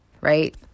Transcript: right